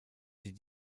die